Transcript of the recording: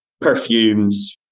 perfumes